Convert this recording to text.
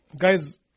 Guys